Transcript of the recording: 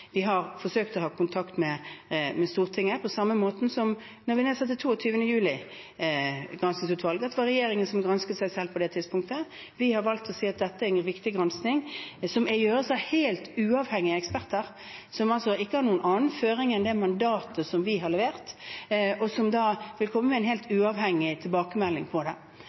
Vi har forsøkt å ta kontakt med Stortinget på samme måten som da 22. juli-granskingsutvalget ble nedsatt, det var regjeringen på det tidspunktet som gransket seg selv. Vi har valgt å si at dette er en viktig gransking, som gjøres av helt uavhengige eksperter, som ikke har noen annen føring enn det mandatet vi har levert, og som vil komme med en helt uavhengig tilbakemelding på dette. Jeg tenker at det